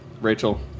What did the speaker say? Rachel